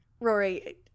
Rory